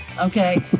Okay